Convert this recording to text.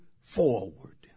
forward